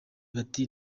bati